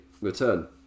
return